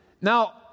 Now